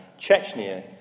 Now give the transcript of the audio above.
Chechnya